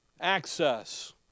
access